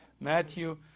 Matthew